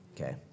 Okay